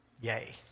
Yay